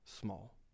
small